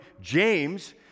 James